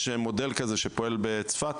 יש מודל כזה שפועל בצפת,